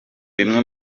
bimwe